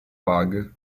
bug